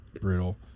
brutal